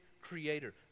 creator